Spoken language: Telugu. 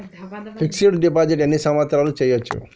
ఫిక్స్ డ్ డిపాజిట్ ఎన్ని సంవత్సరాలు చేయచ్చు?